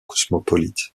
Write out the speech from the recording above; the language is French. cosmopolite